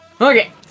Okay